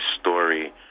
story